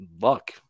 luck